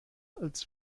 als